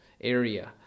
area